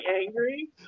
angry